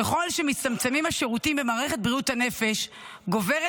ככל שמצטמצמים השירותים במערכת בריאות הנפש גוברת